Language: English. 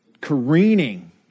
careening